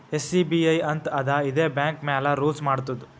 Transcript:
SEBI ಅಂತ್ ಅದಾ ಇದೇ ಬ್ಯಾಂಕ್ ಮ್ಯಾಲ ರೂಲ್ಸ್ ಮಾಡ್ತುದ್